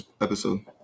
episode